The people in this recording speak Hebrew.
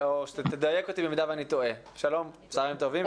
צוהריים טובים.